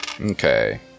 Okay